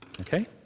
Okay